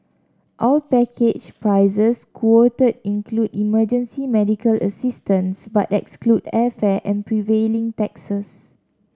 all package prices quoted include emergency medical assistance but exclude airfare and prevailing taxes